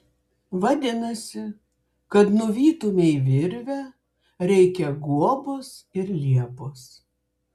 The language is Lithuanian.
vadinasi kad nuvytumei virvę reikia guobos ir liepos